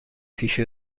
پیش